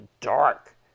dark